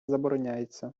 забороняється